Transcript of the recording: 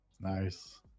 Nice